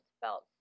felt